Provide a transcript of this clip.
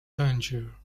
tangier